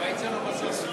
מה יצא לו בסוף מזה?